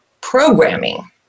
programming